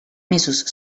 mesos